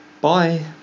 Bye